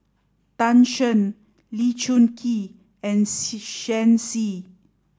Tan Shen Lee Choon Kee and Xi Shen Xi